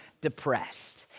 depressed